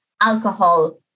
alcohol